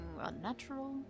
unnatural